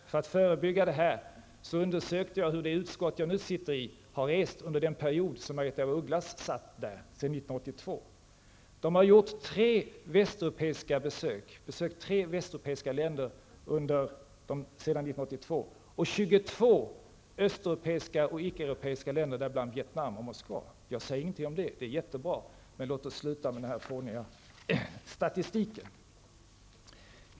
För att förebygga detta undersökte jag hur det utskottet jag nu sitter i har rest under den period som Margaretha af Ugglas satt där, sedan Utskottet har besökt tre västeuropeiska länder sedan 1982 och 22 länder i Östeuropa och utanför Europa, däribland Vietnam och Sovjetunionen. Jag säger inget annat om detta än att det är bra, men låt oss sluta med denna fåniga statistik.